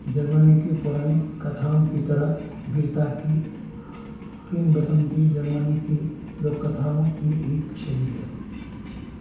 Germany की पौराणिक कथाओं की तरह वीरता की किंवदंती जर्मनी की लोककथाओं की एक शैली है